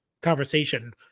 conversation